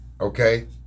okay